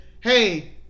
Hey